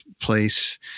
place